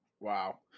Wow